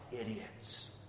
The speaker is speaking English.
idiots